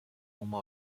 风貌